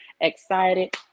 excited